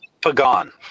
Pagan